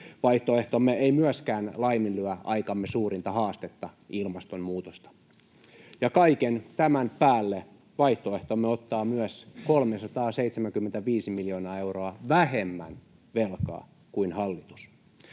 Vaihtoehtomme ei myöskään laiminlyö aikamme suurinta haastetta: ilmastonmuutosta. Ja kaiken tämän päälle vaihtoehtomme myös ottaa 375 miljoonaa euroa vähemmän velkaa kuin hallitus.